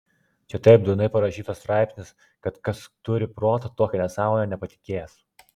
čia taip durnai parašytas straipsnis kad kas turi proto tokia nesąmone nepatikės